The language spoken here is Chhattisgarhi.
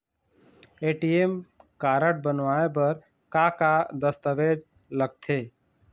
ए.टी.एम कारड बनवाए बर का का दस्तावेज लगथे?